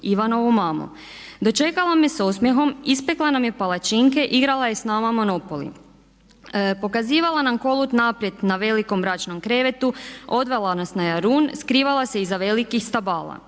Ivanovu mamu. Dočekala me s osmjehom, ispekla nam je palačinke, igrala je s nama monopoly, pokazivala nam kolut naprijed na velikom bračnom krevetu, odvela nas na Jarun, skrivala se iza velikih stabala.